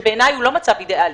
שבעיני הוא לא מצב אידיאלי,